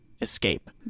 escape